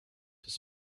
his